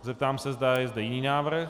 Zeptám se, zda je zde jiný návrh.